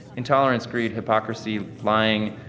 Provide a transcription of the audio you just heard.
intolerance, greed, hypocrisy, lying,